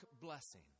blessing